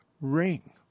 ring